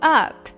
up